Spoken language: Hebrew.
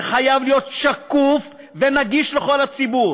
זה חייב להיות שקוף ונגיש לכל הציבור.